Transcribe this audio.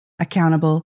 accountable